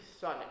son